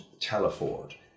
Teleford